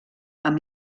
amb